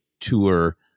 tour